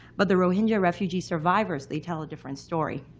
but the rohingya refugee survivors, they tell a different story.